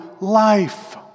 life